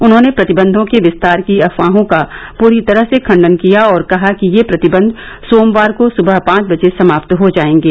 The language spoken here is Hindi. उन्होंने प्रतिबंधों के विस्तार की अफवाहों का पूरी तरह से खंडन किया और कहा कि ये प्रतिबंध सोमवार को सुबह पांच बजे समाप्त हो जायेंगे